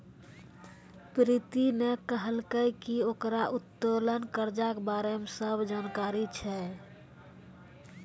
प्रीति ने कहलकै की ओकरा उत्तोलन कर्जा के बारे मे सब जानकारी छै